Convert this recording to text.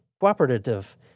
cooperative